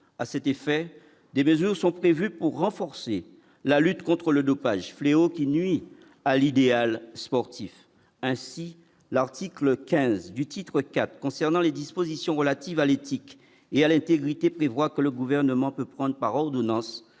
à cet effet, des mesures sont prévues pour renforcer la lutte contre le dopage fléaux qui nuit à l'idéal sportif ainsi l'article 15 du titre 4 concernant les dispositions relatives à l'éthique et à l'intégrité prévoit que le gouvernement peut prendre, par ordonnances